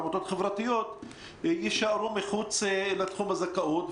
עמותות חברתיות, יישארו מחוץ לתחום הזכאות.